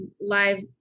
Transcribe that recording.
live